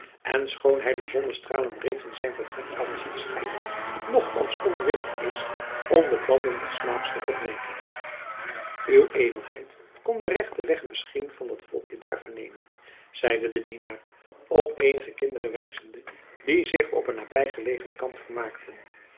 en schoon hij de zonnestralen reeds in zijn vertrek kan zien schijnen nochtans onwillig is om de banden des slaaps te verbreken ued kon den rechten weg misschien van dat volkje daar vernemen zeide de dienaar op eenige kinderen wijzende die zich op een nabijgelegen kamp vermaakten